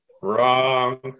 Wrong